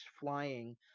flying